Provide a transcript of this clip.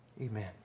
Amen